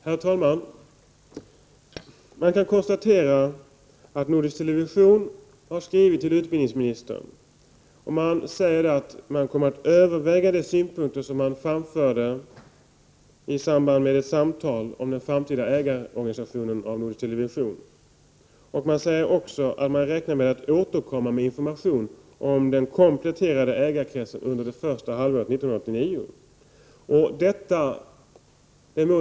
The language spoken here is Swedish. Herr talman! Jag kan konstatera att Nordisk Television har skrivit till utbildningsministern. Man framför att man skall överväga de synpunkter som utbildningsministern har framfört i samband med samtal om den framtida ägarorganisationen av Nordisk Television. Det framgår också att man räknar med att återkomma med information om den kompletterade ägarkretsen under det första halvåret 1989.